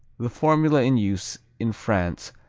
the formula in use in france,